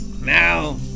now